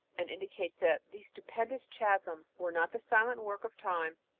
and indicates that these stupendous chasms were not the silent work of time,